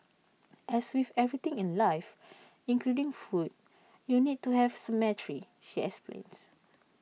as with everything in life including food you need to have symmetry she explains